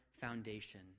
foundation